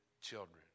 children